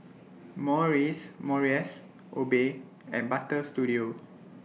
Morries Morris Obey and Butter Studio